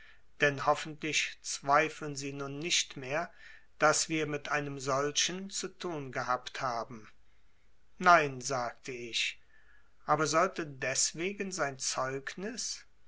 denn hoffentlich zweifeln sie nun nicht mehr daß wir mit einem solchen zu tun gehabt haben nein sagte ich aber sollte deswegen sein zeugnis